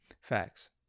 Facts